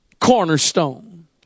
cornerstone